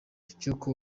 cy’uko